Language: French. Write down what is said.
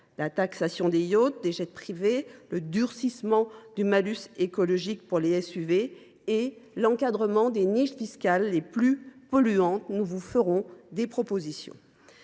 la taxation des yachts et des jets privés, le durcissement du malus écologique pour les SUV, l’encadrement des niches fiscales polluantes. Sur tous ces sujets, nous vous ferons des propositions.